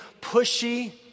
pushy